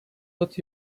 put